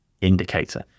indicator